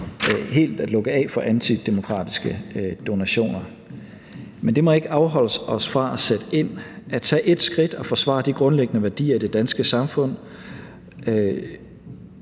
helt at lukke af for antidemokratiske donationer. Men det må ikke afholde os fra at sætte ind, at tage et skridt og forsvare de grundlæggende værdier i det danske samfund,